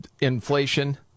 inflation